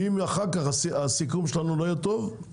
אם אחר כך הסיכום שלנו לא יהיה טוב תסביר,